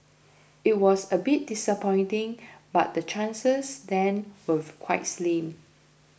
it was a bit disappointing but the chances then were quite slim